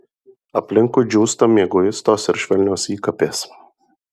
aplinkui džiūsta mieguistos ir švelnios įkapės